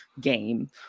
game